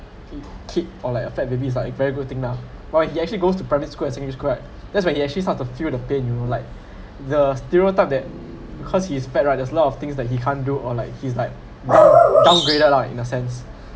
kid or like a fat baby is like a very good thing lah while he actually goes to primary school and secondary school right that's when he actually start to feel the pain you know like the stereotype that cause he is fat right there is a lot of things that he can't do or like he is like down downgraded lah in a sense